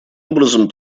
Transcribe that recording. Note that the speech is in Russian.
образом